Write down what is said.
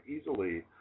easily